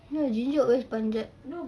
no ginger always panjat